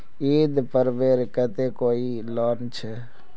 ईद पर्वेर केते कोई लोन छे?